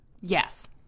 Yes